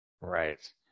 Right